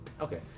Okay